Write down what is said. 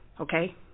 Okay